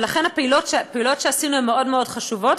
ולכן הפעילויות שעשינו הן מאוד מאוד חשובות,